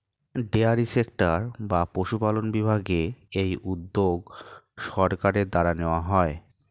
dairy sector বা পশুপালন বিভাগে এই উদ্যোগ সরকারের দ্বারা নেওয়া হয়